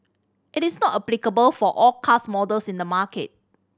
it is not applicable for all cars models in the market